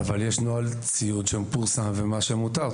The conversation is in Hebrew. אבל יש נוהל ציוד שפורסם ומה שמותר.